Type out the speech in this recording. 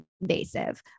invasive